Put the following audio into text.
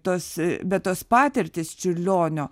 tos bet tos patirtys čiurlionio